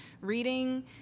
reading